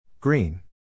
Green